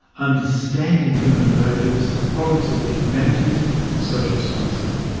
understanding human behaviour is the province of the humanities and social sciences.